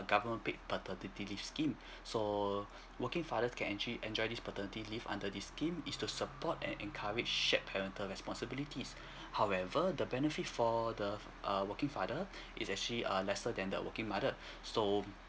goverment paid paternity leave scheme so working father can actually enjoy this paternity leave under this scheme is to support and encourage shared parental responsibilities however the benefit for the err working father is actually err lesser than the working mother so